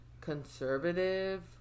conservative